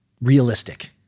realistic